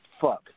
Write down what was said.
Fuck